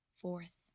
Fourth